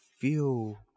feel